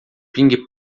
pingue